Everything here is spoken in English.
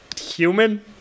human